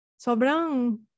sobrang